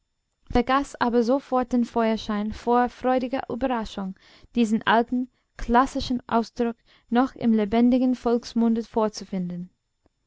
vergaß aber sofort den feuerschein vor freudiger überraschung diesen alten klassischen ausdruck noch im lebendigen volksmunde vorzufinden